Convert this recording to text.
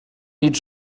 mynd